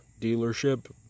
dealership